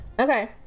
Okay